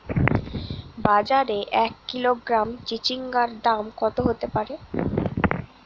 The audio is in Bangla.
বাজারে এক কিলোগ্রাম চিচিঙ্গার দাম কত হতে পারে?